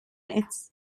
mates